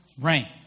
rain